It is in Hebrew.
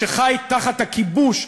שחי תחת הכיבוש,